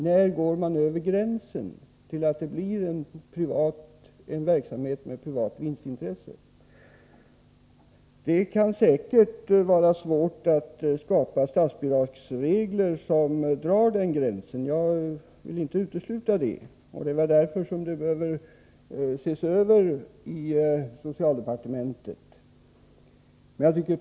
När går man över gränsen, till en verksamhet med privat vinstintresse? Det är säkert svårt att skapa statsbidragsregler som anger var den gränsen går — jag utesluter inte det. Det är väl därför som socialdepartementet behöver göra en översyn.